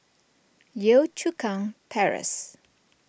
Yio Chu Kang Terrace